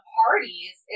parties